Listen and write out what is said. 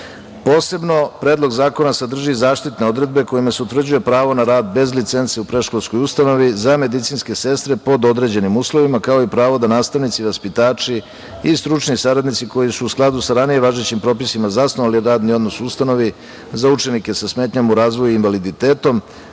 organa. Posebno Predlog zakona sadrži zaštitne odredbe kojima se utvrđuje pravo na rad bez licence u predškolskoj ustanovi za medicinske sestre pod određenim uslovima kao i pravo da nastavnici, vaspitači i stručni saradnici koji su u skladu sa ranijim važećim propisima zasnovali radni odnos u ustanovi, za učesnike sa smetnjama u razvoju i invaliditetom,